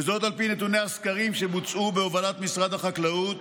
וזאת על פי נתוני הסקרים שבוצעו בהובלת משרד החקלאות